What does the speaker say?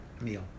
meal